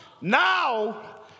Now